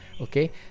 Okay